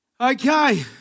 Okay